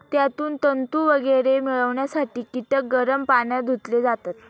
त्यातून तंतू वगैरे मिळवण्यासाठी कीटक गरम पाण्यात धुतले जातात